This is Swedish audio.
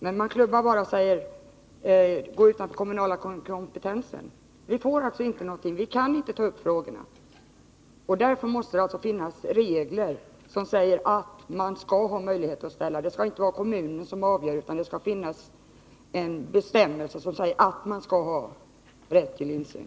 Men man klubbar bara och säger: Det här går utanför den kommunala kompetensen. Vi kan alltså inte ta upp frågorna. Därför måste det finnas regler som säger att man skall ha sådana här möjligheter. Det skall inte vara kommunen som avgör, utan det skall finnas en bestämmelse som säger att man skall ha rätt till insyn.